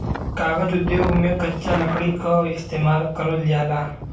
कागज उद्योग में कच्चा लकड़ी क इस्तेमाल करल जाला